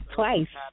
Twice